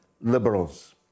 liberals